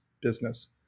business